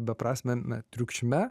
beprasmiame triukšme